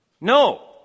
No